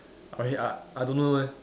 okay I I don't know leh